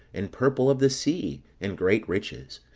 and purple of the sea, and great riches.